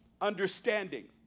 understanding